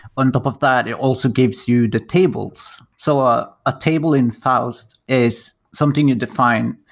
on top of that, it also gives you the tables. so a ah table in faust is something you define.